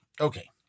Okay